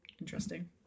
Interesting